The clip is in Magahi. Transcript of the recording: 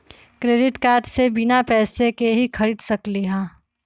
क्रेडिट कार्ड से बिना पैसे के ही खरीद सकली ह?